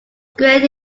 squared